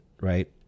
right